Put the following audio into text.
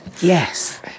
Yes